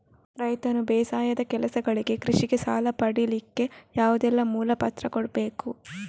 ರೈತನು ಬೇಸಾಯದ ಕೆಲಸಗಳಿಗೆ, ಕೃಷಿಗೆ ಸಾಲ ಪಡಿಲಿಕ್ಕೆ ಯಾವುದೆಲ್ಲ ಮೂಲ ಪತ್ರ ಕೊಡ್ಬೇಕು?